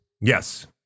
Yes